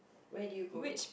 where did you go